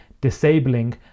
disabling